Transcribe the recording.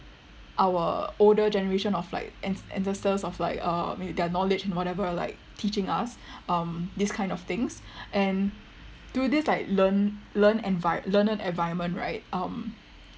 our older generation of like anc~ ancestors of like uh maybe their knowledge and whatever like teaching us um these kind of things and through this like learn learn envir~ learned environment right um